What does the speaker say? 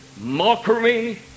mockery